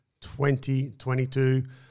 2022